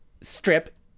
strip